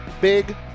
big